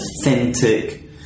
authentic